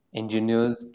engineers